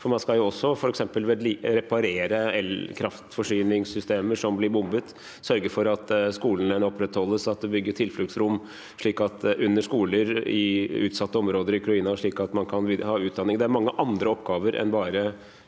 for man skal f.eks. reparere kraftforsyningssystemer som blir bombet, sørge for at skolene opprettholdes, at det bygges tilfluktsrom under skoler i utsatte områder i Ukraina, og at man kan ha utdanning. Det er mange andre oppgaver enn bare bomber og